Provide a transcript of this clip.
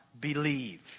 believe